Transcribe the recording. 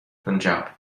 punjab